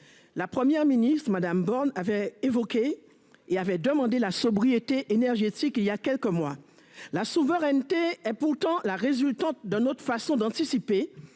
La Première ministre, madame Borne avait évoqué et avait demandé la sobriété énergétique, il y a quelques mois, la souveraineté et pourtant la résultante de notre façon d'anticiper